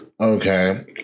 Okay